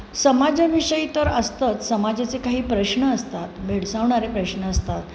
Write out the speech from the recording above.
समाजाविषयी तर असतंच समाजाचे काही प्रश्न असतात भेडसावणारे प्रश्न असतात